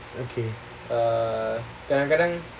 okay